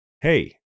hey